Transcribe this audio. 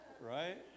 Right